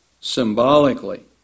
symbolically